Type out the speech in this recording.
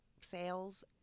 sales